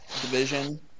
division